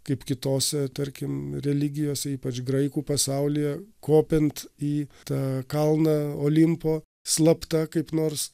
kaip kitose tarkim religijose ypač graikų pasaulyje kopiant į tą kalną olimpo slapta kaip nors